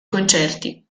concerti